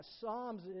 Psalms